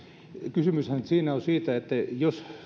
kysymyshän siinä on siitä että jos